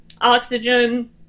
Oxygen